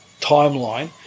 timeline